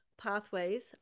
pathways